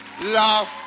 love